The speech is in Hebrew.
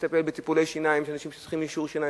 בטיפולי שיניים, יש אנשים שהילדים שלהם